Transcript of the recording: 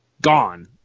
gone